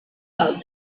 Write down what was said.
del